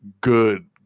good